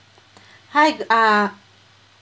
hi uh